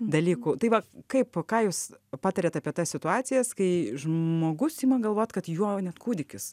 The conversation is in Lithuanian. dalykų tai va kaip ką jūs patariat apie tas situacijas kai žmogus ima galvot kad juo net kūdikis